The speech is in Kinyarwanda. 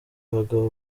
abagabo